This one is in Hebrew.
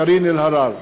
קארין אלהרר,